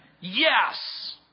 Yes